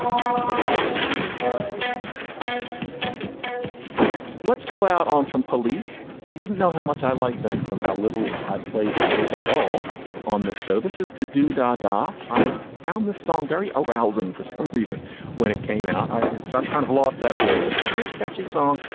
um let's go out on some police. you wouldn't know how much i like them from how little i've played them if at all on this show. this has to do da da. i found the song very arousing for some reason when it came out and it's got kind of lost that feeling but it's a very catchy song.